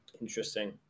Interesting